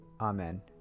amen